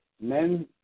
men